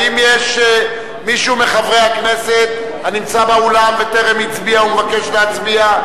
האם יש מישהו מחברי הכנסת הנמצא באולם וטרם הצביע ומבקש להצביע?